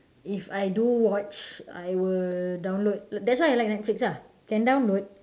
if I do watch I'll download that's why I like netflix lah can download